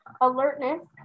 alertness